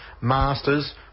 Masters